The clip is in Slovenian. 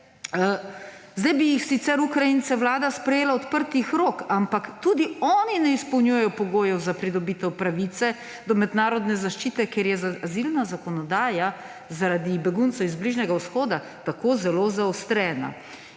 zdaj bi jih sicer, Ukrajince, vlada sprejela odprtih rok, ampak tudi oni ne izpolnjujejo pogojev za pridobitev pravice do mednarodne zaščite, ker je azilna zakonodaja zaradi beguncev iz Bližnjega vzhoda tako zelo zaostrena.